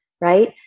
right